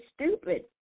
stupid